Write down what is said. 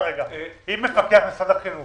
אם מפקח של משרד החינוך